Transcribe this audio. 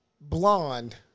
blonde